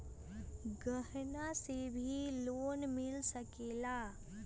गहना से भी लोने मिल सकेला?